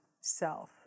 self